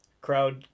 crowd